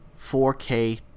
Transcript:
4k